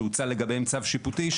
שהוצא לגביהם צו שיפוטי,